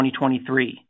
2023